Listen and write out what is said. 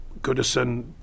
Goodison